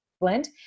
blend